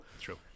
true